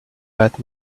that